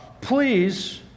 Please